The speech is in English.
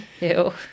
Ew